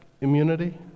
immunity